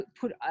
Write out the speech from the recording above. put